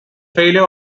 failure